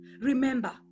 Remember